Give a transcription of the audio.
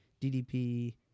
DDP